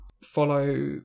follow